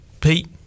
Pete